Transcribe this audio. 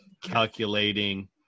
calculating